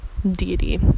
deity